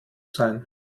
sein